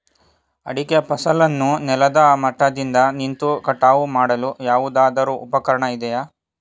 ಅಡಿಕೆ ಫಸಲನ್ನು ನೆಲದ ಮಟ್ಟದಿಂದ ನಿಂತು ಕಟಾವು ಮಾಡಲು ಯಾವುದಾದರು ಉಪಕರಣ ಇದೆಯಾ?